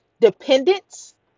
dependence